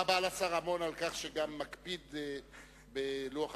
תודה רבה לשר רמון על כך שהוא גם מקפיד על לוח הזמנים.